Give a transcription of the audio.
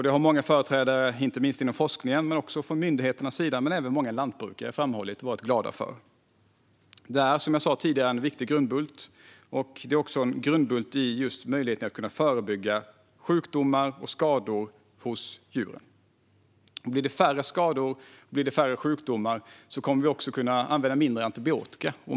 Det har många företrädare inte minst inom forskningen men också från myndigheters sida men även många lantbrukare framhållit och varit glada för. Det är, som jag sa tidigare, en viktig grundbult och också en grundbult i möjligheten att förebygga sjukdomar och skador hos djuren. Blir det färre skador och sjukdomar kommer vi också att kunna använda mindre antibiotika.